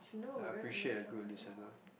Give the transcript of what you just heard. I appreciate a good listener